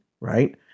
right